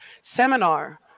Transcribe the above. seminar